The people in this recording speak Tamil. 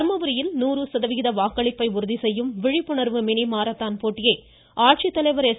தர்மபுரியில் நூறு சதவிகித வாக்களிப்பை உறுதிசெய்யும் விழிப்புணர்வு மாரத்தான் போட்டியை ஆட்சித்தலைவர் எஸ்